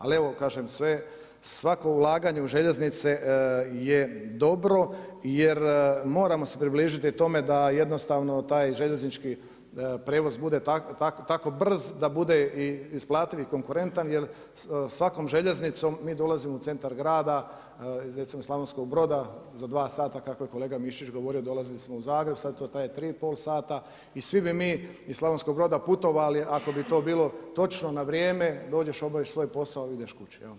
Ali evo kažem sve, svako ulaganje u željeznice je dobro jer moramo se približiti tome da jednostavno taj željeznički prijevoz bude tako brz, da bude isplativ i konkurentan jer svakom željeznicom mi dolazimo u centar grada recimo iz Slavonskog Broda za 2 sata kako je kolega Mišić govorio dolazili smo u Zagreb, sada to traje 3,5 sata i svi bi mi iz Slavonskog broda putovali ako bi to bilo točno, na vrijeme, dođeš, obaviš svoj posao, ideš kući.